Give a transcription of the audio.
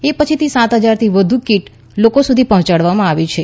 એ પછીથી સાત હજારથી પણ વધુ કીટ લોકો સુધી પહોંચાડવામાં આવી છે